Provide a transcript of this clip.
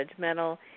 judgmental